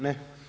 Ne?